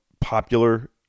popular